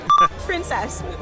Princess